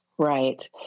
Right